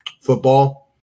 football